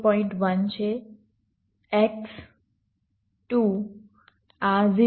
1 છે x 2 આ 0